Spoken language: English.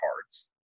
cards